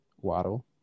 waddle